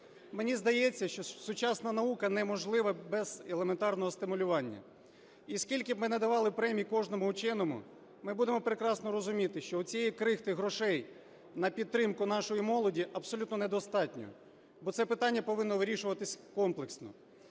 Мені здається, що сучасна наука неможлива без елементарного стимулювання. І скільки б ми не давали премій кожному вченому, ми будемо прекрасно розуміти, що оцієї крихти грошей на підтримку нашої молоді абсолютно недостатньо, бо це питання повинно вирішуватись комплексно.